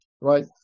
right